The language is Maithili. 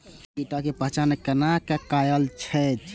कीटक पहचान कैना कायल जैछ?